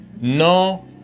No